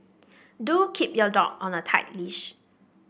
do keep your dog on a tight leash